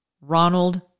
Ronald